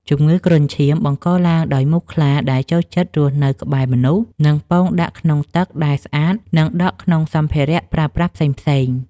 ជំងឺគ្រុនឈាមបង្កឡើងដោយមូសខ្លាដែលចូលចិត្តរស់នៅក្បែរមនុស្ស និងពងដាក់ក្នុងទឹកដែលស្អាតនិងដក់ក្នុងសម្ភារៈប្រើប្រាស់ផ្សេងៗ។